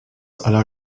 aller